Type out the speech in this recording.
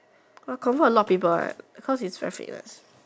!wah! confirm a lot people what because it's very famous